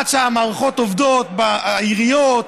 עד שהמערכות עובדות בעיריות,